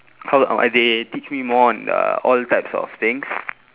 how uh they teach me more on uh all types of things